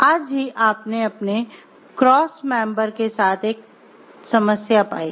आज ही आपने अपने क्रॉस मेंबर के साथ एक समस्या पाई